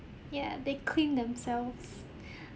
yeah they clean themselves